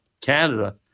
Canada